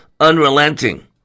unrelenting